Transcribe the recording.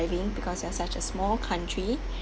thriving because we're such a small country